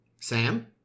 Sam